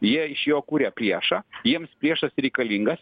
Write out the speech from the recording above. jie iš jo kūrė priešą jiems priešas reikalingas